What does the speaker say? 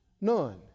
None